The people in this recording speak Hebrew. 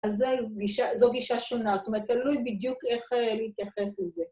‫אז זו גישה שונה, ‫זאת אומרת, תלוי בדיוק ‫איך להתייחס לזה.